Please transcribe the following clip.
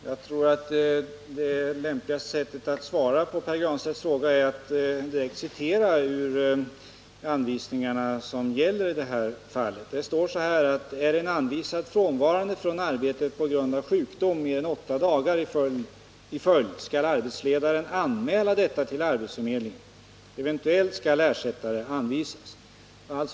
Herr talman! Jag tror det lämpligaste sättet att svara på Pär Granstedts fråga äratt direkt citera ur de anvisningar som gäller i det här fallet. Där står det så här: Är en anvisad frånvarande från arbetet på grund av sjukdom mer än 8 dagar i följd, skall arbetsledaren anmäla detta till arbetsförmedlingen. Eventuellt skall ersättare anvisas.